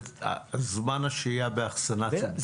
הזמן השהייה באחסנה צומצם?